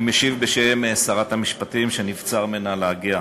אני משיב בשם שרת המשפטים, שנבצר ממנה להגיע.